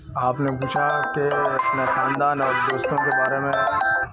آپ نے پوچھا کہ اپنے خاندان اور دوستوں کے بارے میں